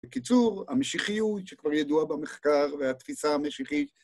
בקיצור, המשיחיות שכבר ידוע במחקר והתפיסה המשיחית